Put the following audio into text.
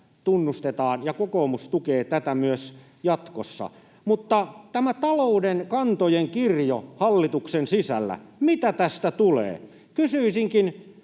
tunnustamme, ja kokoomus tukee tätä myös jatkossa. Mutta tämä talouden kantojen kirjo hallituksen sisällä, mitä tästä tulee? Kysyisinkin,